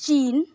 चिन